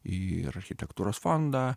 ir architektūros fondą